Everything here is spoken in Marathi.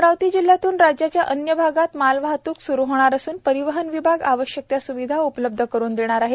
अमरावती जिल्ह्यातून राज्याच्या अन्य भागात मालवाहतूक सुरु होणार असुन परिवहन विभाग आवश्यक त्या सुविधा उपलब्ध करून देणार आहे